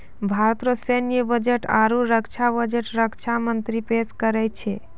भारत रो सैन्य बजट आरू रक्षा बजट रक्षा मंत्री पेस करै छै